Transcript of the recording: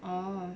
oh